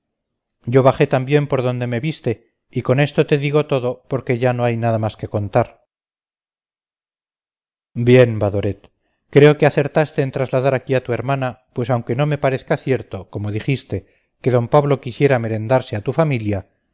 yo bajé también por donde me viste y con esto te digo todo porque ya no hay nada más que contar bien badoret veo que acertaste en trasladar aquí a tu hermana pues aunque no me parezca cierto como dijiste que d pablo quisiera merendarse a tu familia